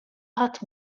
ħadd